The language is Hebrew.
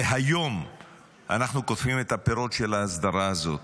והיום אנחנו קוטפים את הפירות של ההסדרה הזאת.